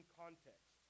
context